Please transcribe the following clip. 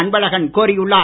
அன்பழகன் கோரியுள்ளார்